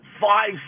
five